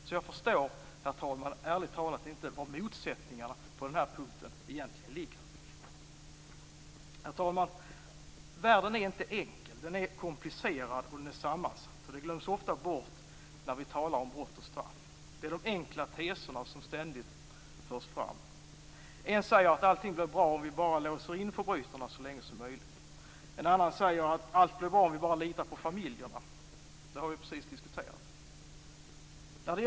Så jag förstår ärligt talat inte var motsättningarna på den här punkten egentligen ligger. Herr talman! Världen är inte enkel. Den är komplicerad och sammansatt. Det glöms ofta bort när vi talar om brott och straff. Det är de enkla teserna som ständigt förs fram. En säger att allt blir bra om vi bara låser in förbrytarna så länge som möjligt. En annan säger att allt blir bra om vi bara litar på familjerna - det har vi precis diskuterat.